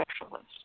specialist